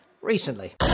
Recently